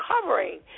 covering